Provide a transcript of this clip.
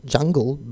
Jungle